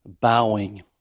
bowing